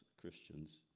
Christians